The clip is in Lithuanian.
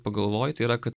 pagalvoji tai yra kad